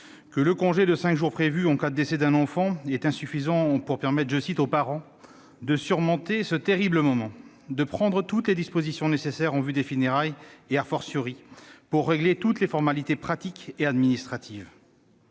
que le congé de cinq jours prévu en cas de décès d'un enfant est insuffisant pour permettre aux parents « de surmonter ce terrible moment, de prendre toutes les dispositions nécessaires en vue des funérailles et,, pour régler toutes les formalités pratiques et administratives